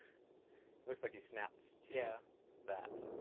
it looks like he snapped too yeah that